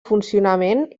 funcionament